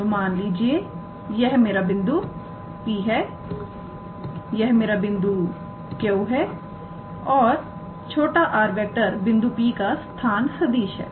तो मान लीजिए यह मेरा बिंदु P है यह मेरा बिंदु Q है और 𝑟⃗ बिंदु P का स्थान सदिश है